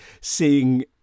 seeing